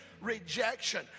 rejection